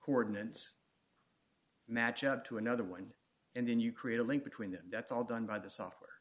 coordinates match up to another one and then you create a link between them that's all done by the software